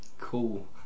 cool